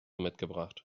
mitgebracht